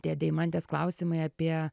tie deimantės klausimai apie